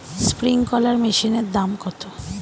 Sprinkler মেশিনের দাম কত?